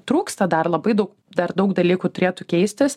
trūksta dar labai daug dar daug dalykų turėtų keistis